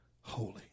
holy